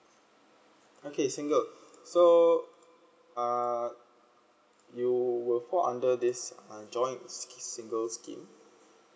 okay single so uh you were fall under this uh joint singles scheme